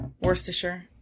Worcestershire